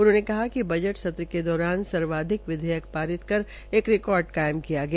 उन्होंने कहा कि बजट सत्र के दौरान सर्वाधिक विधेयक पारित कर एक रिकार्डकायम किया गया